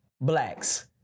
blacks